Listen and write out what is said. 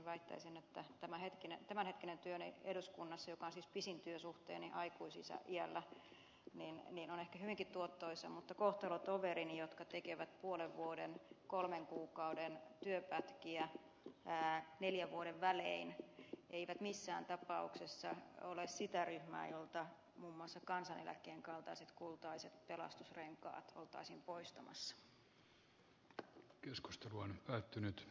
väittäisin että tämänhetkinen työni eduskunnassa joka on siis pisin työsuhteeni aikuisiällä on ehkä hyvinkin tuottoisa mutta kohtalotoverini jotka tekevät puolen vuoden kolmen kuukauden työpätkiä neljän vuoden välein eivät missään tapauksessa ole sitä ryhmää jolta muun muassa kansaneläkkeen kaltaiset kultaiset pelastusrenkaat oltaisiin poistamassa